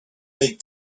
big